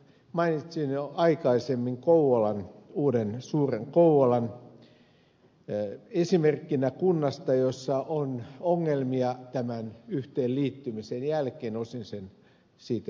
mainitsin jo aikaisemmin uuden suuren kouvolan esimerkkinä kunnasta jossa on ongelmia tämän yhteen liittymisen jälkeen osin siitä johtuen